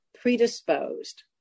predisposed